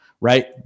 right